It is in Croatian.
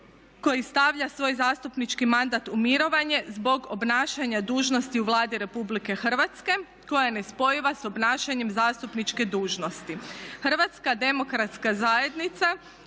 koji stavlja svoj zastupnički mandat u mirovanje zbog obnašanja dužnosti u Vladi RH koja je nespojiva s obnašanjem zastupničke dužnosti. Hrvatska demokratska zajednica